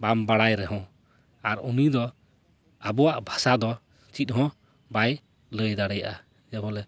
ᱵᱟᱢ ᱵᱟᱲᱟᱭ ᱨᱮᱦᱚᱸ ᱟᱨ ᱩᱱᱤ ᱫᱚ ᱟᱵᱚᱣᱟᱜ ᱵᱷᱟᱥᱟ ᱫᱚ ᱪᱮᱫ ᱦᱚᱸ ᱵᱟᱭ ᱞᱟᱹᱭ ᱫᱟᱲᱮᱭᱟᱜᱼᱟ ᱡᱮᱵᱚᱞᱮ